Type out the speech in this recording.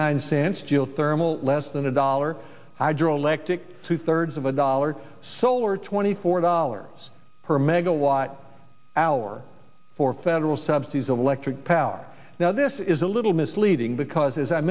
nine cents geothermal less than a dollar i draw electic two thirds of a dollar solar twenty four dollars per megawatt hour for federal subsidies electric power now this is a little misleading because as i